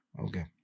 Okay